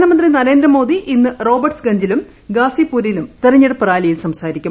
പ്രധാനമന്ത്രി നരേന്ദ്രമോദി ഇന്ന് റോബർട്ട്സ് ഗഞ്ചിലും ഗാസിപൂരിലും തെരഞ്ഞെടുപ്പ് റാലിയിൽ സംസാരിക്കും